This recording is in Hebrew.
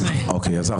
הצבעה לא אושרו.